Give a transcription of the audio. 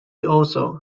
also